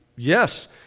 Yes